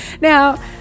Now